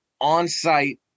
on-site